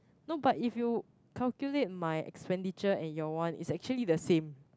no but if you calculate my expenditure and your one it's actually the same